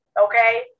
Okay